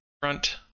Front